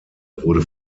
wurde